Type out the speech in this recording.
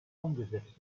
umgesetzt